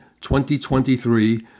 2023